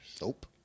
Nope